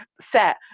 set